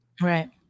Right